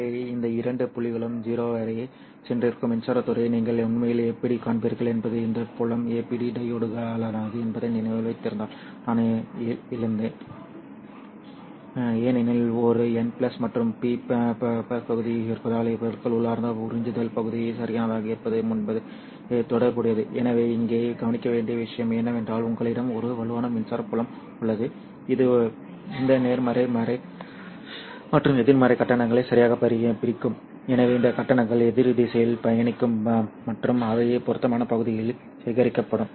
ஆகவே இந்த இரண்டு புள்ளிகளிலும் 0 வரை சென்றிருக்கும் மின்சாரத் துறையை நீங்கள் உண்மையில் எப்படிக் காண்பீர்கள் என்பது இந்த புலம் APD டையோட்களுக்கானது என்பதை நினைவில் வைத்திருந்தால் நான் இழுத்தேன் ஏனெனில் ஒரு N மற்றும் P பகுதி இருப்பதால் பெருக்கல் உள்ளார்ந்த உறிஞ்சுதல் பகுதி சரியானதாக இருப்பதற்கு முன்பே தொடர்புடையது எனவே இங்கே கவனிக்க வேண்டிய விஷயம் என்னவென்றால் உங்களிடம் ஒரு வலுவான மின்சார புலம் உள்ளது இது இந்த நேர்மறை மற்றும் எதிர்மறை கட்டணங்களை சரியாக பிரிக்கும் எனவே இந்த கட்டணங்கள் எதிர் திசையில் பயணிக்கும் மற்றும் அவை பொருத்தமான பகுதிகளில் சேகரிக்கப்படும்